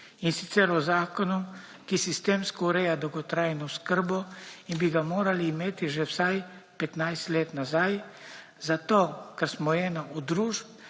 zakonu, ki sistemsko ureja dolgotrajno oskrbo in bi ga morali imeti že vsaj 15 let nazaj, zato kar smo ena od družb,